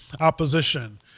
opposition